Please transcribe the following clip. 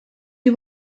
you